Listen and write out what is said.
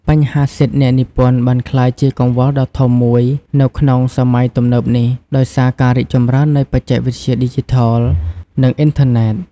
បញ្ហាសិទ្ធិអ្នកនិពន្ធបានក្លាយជាកង្វល់ដ៏ធំមួយនៅក្នុងសម័យទំនើបនេះ ដោយសារការរីកចម្រើននៃបច្ចេកវិទ្យាឌីជីថល និងអ៊ីនធឺណេត។